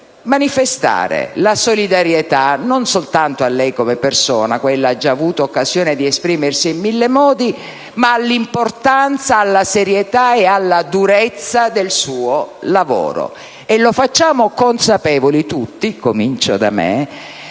manifestare la solidarietà non soltanto a lei come persona (quella ha già avuto occasione di esprimersi in mille modi), ma all'importanza, alla serietà e alla durezza del suo lavoro e lo facciamo consapevoli tutti - comincio da me